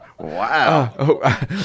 wow